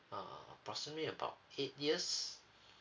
uh approximately about eight years